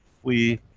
we.